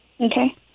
Okay